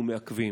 אנחנו מעכבים.